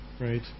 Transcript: right